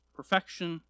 Perfection